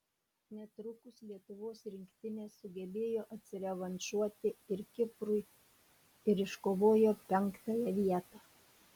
netrukus lietuvos rinktinė sugebėjo atsirevanšuoti ir kiprui ir iškovojo penktąją vietą